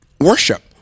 worship